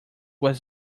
was